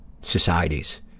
societies